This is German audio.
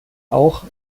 auch